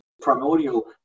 primordial